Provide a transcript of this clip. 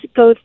go